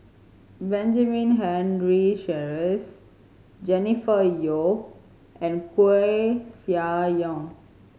Benjamin Henry Sheares Jennifer Yeo and Koeh Sia Yong